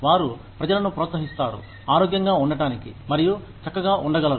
వారు ప్రజలను ప్రోత్సహిస్తారు ఆరోగ్యంగా ఉండటానికి మరియు చక్కగా ఉండగలరు